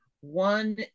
One